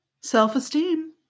self-esteem